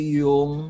yung